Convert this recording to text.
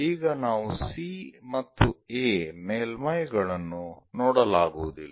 ಈಗ ನಾವು C ಮತ್ತು A ಮೇಲ್ಮೈಗಳನ್ನು ನೋಡಲಾಗುವುದಿಲ್ಲ